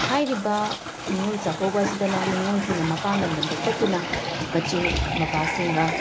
ꯍꯥꯏꯔꯤꯕ ꯅꯤꯡꯉꯣꯜ ꯆꯥꯛꯀꯧꯕ ꯑꯁꯤꯗꯅ ꯅꯤꯡꯉꯣꯜꯁꯤꯡꯅ ꯃꯄꯥꯝ ꯂꯝꯗꯝꯗ ꯆꯠꯇꯨꯅ ꯃꯆꯤꯟ ꯃꯧꯄ꯭ꯋꯥꯁꯤꯡꯒ